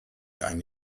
eine